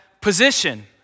position